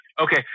Okay